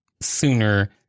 sooner